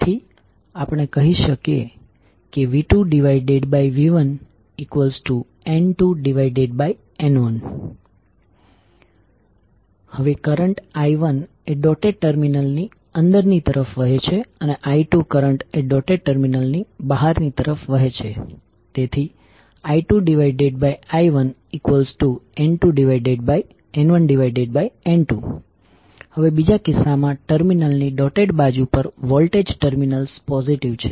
તેથી આપણે કહી શકીએ V2V1N2N1 હવે કરંટ I1એ ડોટેડ ટર્મિનલની અંદર ની તરફ વહે છે અને I2કરંટ એ ડોટેડ ટર્મિનલની બહાર ની તરફ વહે છે તેથી I2I1N1N2 હવે બીજા કિસ્સામાં ટર્મિનલની ડોટેડ બાજુ પર વોલ્ટેજ ટર્મિનલ્સ પોઝિટિવ છે